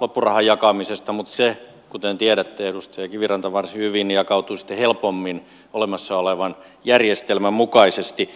loppurahan jakamisesta mutta se kuten tiedätte edustaja kiviranta varsin hyvin jakautuu sitten helpommin olemassa olevan järjestelmän mukaisesti